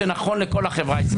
שנכון לכל החברה הישראלית.